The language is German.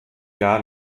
jahr